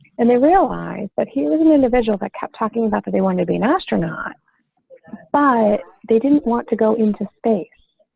and they realized that he was an individual that kept talking about but they want to be an astronaut by they didn't want to go into space.